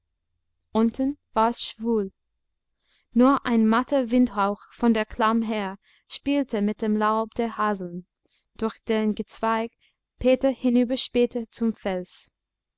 unten war es schwül nur ein matter windhauch von der klamm her spielte mit dem laub der haseln durch deren gezweig peter hinüberspähte zum fels